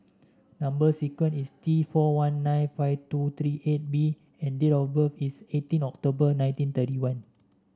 number sequence is T four one nine five two three eight B and date of birth is eighteen October nineteen thirty one